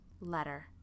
letter